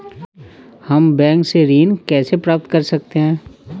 हम बैंक से ऋण कैसे प्राप्त कर सकते हैं?